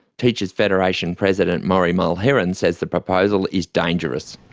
teachers federation president maurie mulheron says the proposal is dangerous.